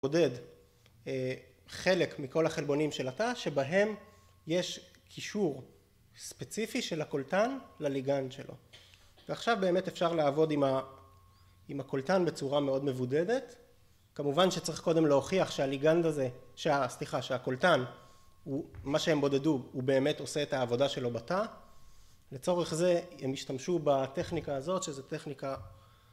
בודד חלק מכל החלבונים של התא, שבהם יש קישור ספציפי של הקולטן לליגנד שלו. ועכשיו באמת אפשר לעבוד עם הקולטן בצורה מאוד מבודדת. כמובן שצריך קודם להוכיח שהליגנד הזה, סליחה שהקולטן, מה שהם בודדו, הוא באמת עושה את העבודה שלו בתא. לצורך זה הם השתמשו בטכניקה הזאת, שזו טכניקה